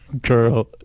girl